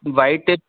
white tape